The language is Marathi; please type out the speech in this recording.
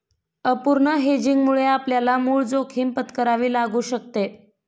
अपूर्ण हेजिंगमुळे आपल्याला मूळ जोखीम पत्करावी लागू शकते